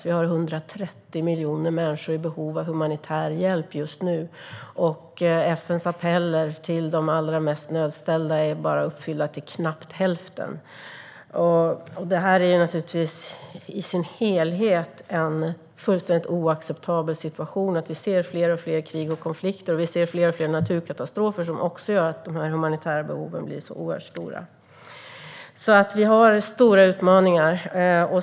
Vi har 130 miljoner människor i behov av humanitär hjälp just nu, och FN:s appeller till de allra mest nödställda är bara uppfyllda till knappt hälften. Det här är naturligtvis i sin helhet en fullständigt oacceptabel situation. Vi ser fler och fler krig och konflikter och även fler och fler naturkatastrofer som gör att de humanitära behoven blir oerhört stora. Vi har alltså stora utmaningar.